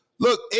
Look